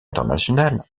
international